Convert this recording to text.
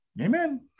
amen